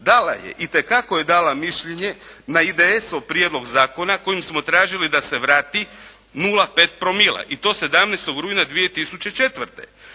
Dala je, itekako je dala mišljenje na IDS-ov prijedlog zakona kojim smo tražili da se vrati 0,5 promila i to 17. rujna 2004.